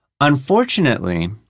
Unfortunately